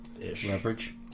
Leverage